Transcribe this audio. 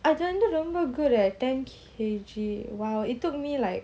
அதுவந்து:adhu vandhu good eh ten K_G !wow! it took me like